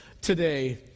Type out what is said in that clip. today